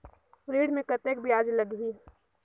ऋण मे कतेक ब्याज लगही?